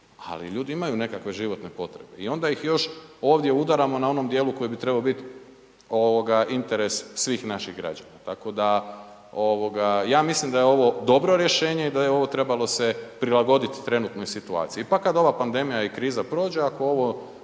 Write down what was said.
ali ljudi imaju nekakve životne potrebe i onda ih još ovdje udaramo na onom dijelu koji bi trebao biti interes svih naših građana. Tako da ovoga ja mislim da ovo dobro rješenje i da je ovo trebalo se prilagoditi trenutnoj situaciji. Pa kad ova pandemija i kriza prođe, ako ovo